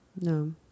No